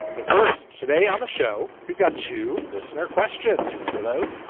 but first, today on the show, we've got to listener questions. remember those?